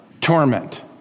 torment